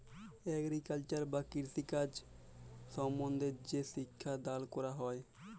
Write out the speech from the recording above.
agriculture বা কৃষিকাজ সম্বন্ধে যে শিক্ষা দাল ক্যরা হ্যয়